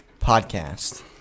podcast